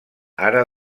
ara